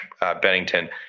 Bennington